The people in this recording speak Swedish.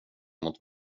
mot